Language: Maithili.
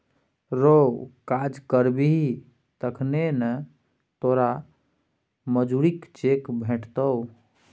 रौ काज करबही तखने न तोरो मजुरीक चेक भेटतौ